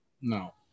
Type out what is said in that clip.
No